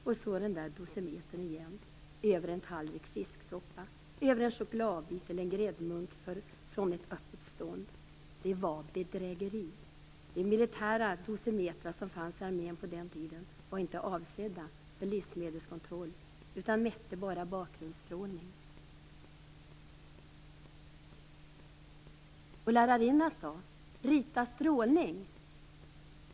Och så den där dosimetern igen - över en tallrik fisksoppa, över en chokladbit eller en gräddmunk från ett öppet stånd - Det var bedrägeri. De militära dosimetrar som fanns i armén på den tiden var inte avsedda för livsmedelskontroll utan mätte bara bakgrundsstrålning -" "Vår lärarinna sa: 'Rita strålning.'